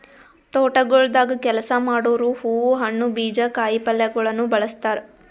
ತೋಟಗೊಳ್ದಾಗ್ ಕೆಲಸ ಮಾಡೋರು ಹೂವು, ಹಣ್ಣು, ಬೀಜ, ಕಾಯಿ ಪಲ್ಯಗೊಳನು ಬೆಳಸ್ತಾರ್